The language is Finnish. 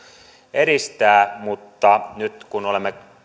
edistää nyt olemme